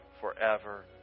forever